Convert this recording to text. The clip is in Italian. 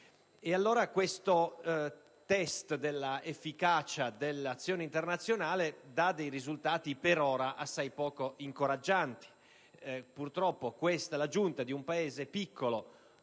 pesante. Questo test dell'efficacia dell'azione internazionale dà dei risultati per ora assai poco incoraggianti. Purtroppo questa giunta di un Paese piccolo